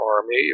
army